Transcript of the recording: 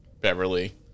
beverly